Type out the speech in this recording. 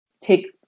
take